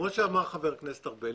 כפי שאמר חבר הכנסת ארבל,